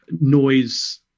noise